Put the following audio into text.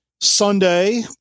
Sunday